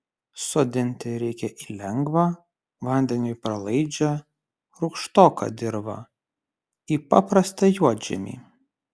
sodinti reikia į lengvą vandeniui pralaidžią rūgštoką dirvą į paprastą juodžemį